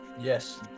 yes